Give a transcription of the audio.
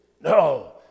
No